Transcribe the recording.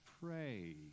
pray